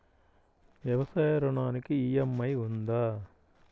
వ్యవసాయ ఋణానికి ఈ.ఎం.ఐ ఉందా?